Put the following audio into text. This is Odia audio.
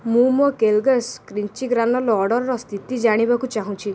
ମୁଁ ମୋ କେଲଗ୍ସ୍ କ୍ରଞ୍ଚି ଗ୍ରାନୋଲା ଅର୍ଡ଼ର୍ର ସ୍ଥିତି ଜାଣିବାକୁ ଚାହୁଁଛି